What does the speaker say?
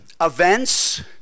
events